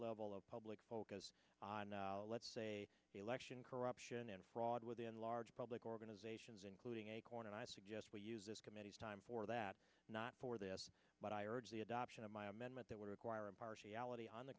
level of public focus on now let's say election corruption and fraud within large public organizations including acorn and i suggest we use this committee's time for that not for this but i urge the adoption of my amendment that would require impartiality on the